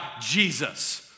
Jesus